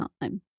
time